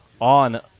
on